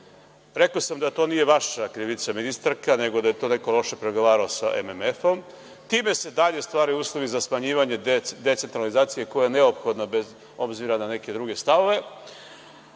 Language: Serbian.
Rekao sam da to nije vaša krivica, ministarka, nego da je to neko loše pregovarao sa MMF-om. Time se dalje stvaraju uslovi za smanjivanje decentralizacije, koja je neophodna, bez obzira na neke druge stavove,